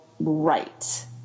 Right